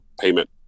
payment